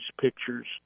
pictures